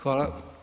Hvala.